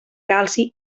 calci